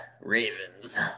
Ravens